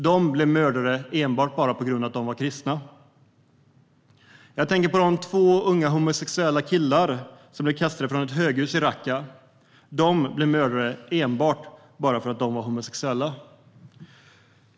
De blev mördade enbart för att de var kristna. Jag tänker på de två unga homosexuella killar som blev kastade från ett höghus i Raqqa. De blev mördade enbart för att de var homosexuella.